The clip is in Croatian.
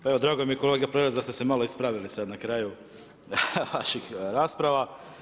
Pa evo drago mi je kolega Prelec da ste se malo ispravili sad na kraju vaših rasprava.